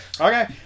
okay